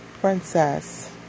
Princess